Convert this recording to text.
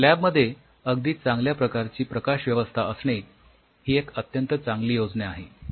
तर लॅबमध्ये अगदी चांगल्या प्रकारची प्रकाशव्यवस्था असणे ही एक चांगली योजना आहे